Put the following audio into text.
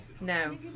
No